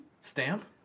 stamp